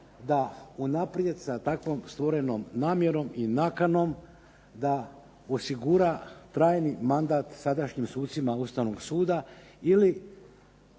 da unaprijed sa takvom stvorenom namjerom i nakanom da osigura trajni mandat sadašnjim sucima Ustavnog suda ili